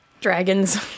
Dragons